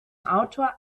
autor